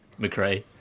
McRae